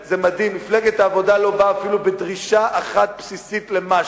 מפלגת העבודה לא באה אפילו בדרישה אחת בסיסית למשהו.